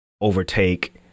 overtake